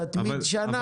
תתמיד שנה,